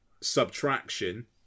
Subtraction